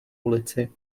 ulici